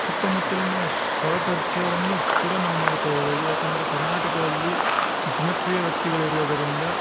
ಸುತ್ತ ಮುತ್ತಲಿನ ಸಹಪರಿಚಯವನ್ನುಷ್ಟ್ ಕೂಡ ನಾವು ಮಾಡಿಕೊಳ್ಬೌದು ಯಾಕಂದರೆ ಕರ್ನಾಟಕದಲ್ಲಿ ಜನಪ್ರಿಯ ವ್ಯಕ್ತಿಗಳಿರೋದರಿಂದ